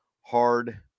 hard